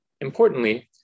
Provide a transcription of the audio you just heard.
Importantly